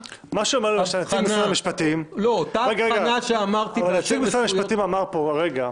אבל נציג משרד המשפטים אמר פה הרגע